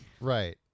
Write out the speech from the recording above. Right